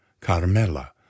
carmela